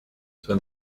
sein